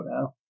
now